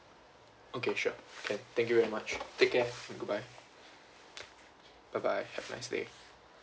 okay sure can thank you very much take care goodbye bye bye have a nice day